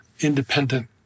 independent